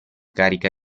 carica